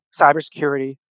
cybersecurity